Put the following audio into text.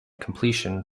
completion